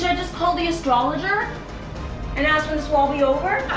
just call the astrologer and ask when this will all be over? i